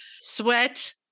sweat